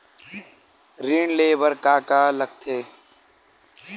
ऋण ले बर का का लगथे?